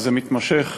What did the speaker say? וזה מתמשך